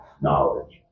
knowledge